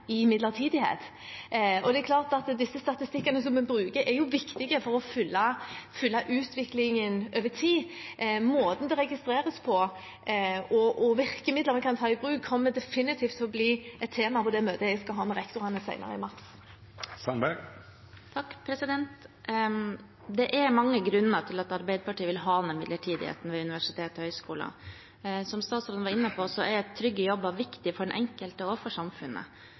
i midlertidighet. Det er klart at de statistikkene som vi bruker, er viktige for å følge utviklingen over tid. Måten det registreres på, og virkemidler vi kan ta i bruk, kommer definitivt til å bli et tema på det møtet jeg skal ha med rektorene senere, i mars. Det er mange grunner til at Arbeiderpartiet vil ha ned midlertidigheten ved universiteter og høyskoler. Som statsråden var inne på, er trygge jobber viktig for den enkelte og for samfunnet.